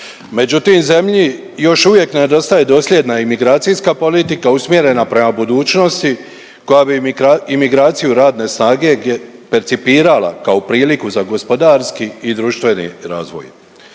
međutim zemlji još uvijek nedostaje dosljedna imigracijska politika usmjerena prema budućnosti koja bi imigraciju radne snage percipirala kao priliku za gospodarski i društveni razvoj.